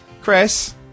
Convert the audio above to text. Chris